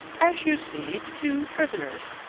as you see, two prisoners.